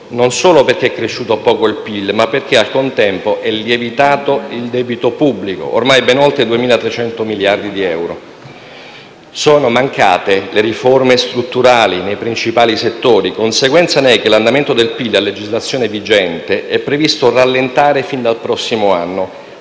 non solo perché è cresciuto poco il PIL ma perché al contempo è lievitato il debito pubblico, ormai ben oltre i 2.300 miliardi di euro. Sono mancate le riforme strutturali nei principali settori e conseguenza ne è che l'andamento del PIL a legislazione vigente è previsto rallentare fin dal prossimo anno